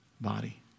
body